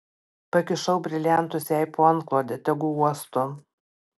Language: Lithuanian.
pakišau briliantus jai po antklode tegu uosto